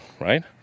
right